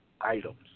items